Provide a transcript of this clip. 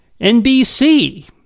NBC